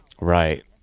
Right